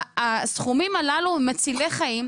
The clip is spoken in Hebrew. הסכומים הללו הם מצילי חיים,